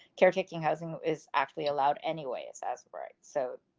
caretaking housing is actually allowed anyways as right. so,